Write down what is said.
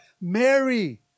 Mary